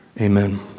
Amen